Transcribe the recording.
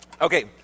Okay